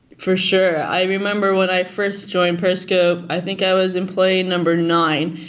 for sure. i remember when i first joined periscope, i think i was employee number nine.